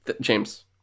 James